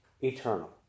Eternal